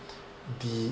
the